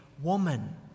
woman